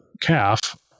calf